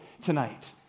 tonight